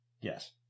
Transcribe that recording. Yes